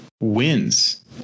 wins